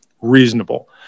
reasonable